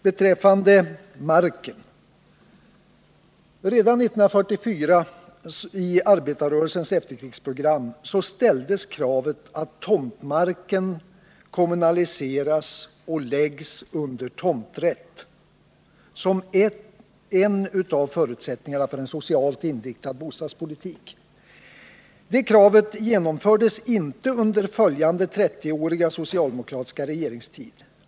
Beträffande förslaget om marken: Redan 1944, i arbetarrörelsens efterkrigsprogram, ställdes kravet att tomtmark skulle kommunaliseras och läggas under tomträtt. Åtgärden bedömdes utgöra en av förutsättningarna för en socialt inriktad bostadspolitik. Men kravet på en sådan åtgärd uppfylldes inte under den följande 30-åriga socialdemokratiska regeringstiden.